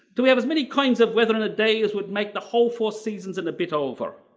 do we have as many kinds of weather in a day as would make the whole four seasons in a bit over.